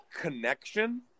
Connection